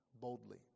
boldly